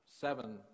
seven